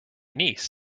niece